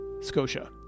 Scotia